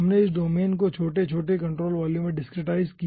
हमने इस डोमेन को छोटे छोटे कंट्रोल वॉल्यूम में डिस्क्रिटसाइज्ड किया